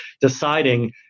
deciding